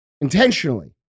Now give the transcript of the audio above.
intentionally